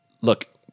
look